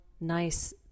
nice